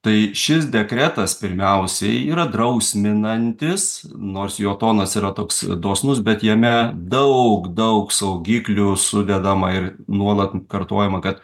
tai šis dekretas pirmiausiai yra drausminantis nors jo tonas yra toks dosnus bet jame daug daug saugiklių sudedama ir nuolat kartojama kad